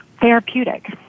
therapeutic